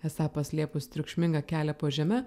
esą paslėpus triukšmingą kelią po žeme